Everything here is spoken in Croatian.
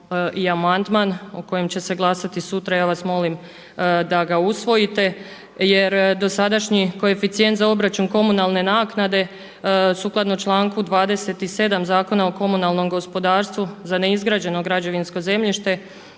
i amandman o kojem se će glasati sutra. Ja vas molim da ga usvojite jer dosadašnji koeficijent za obračun komunalne naknade sukladno članku 27. Zakona o komunalnom gospodarstvu za neizgrađeno građevinsko zemljište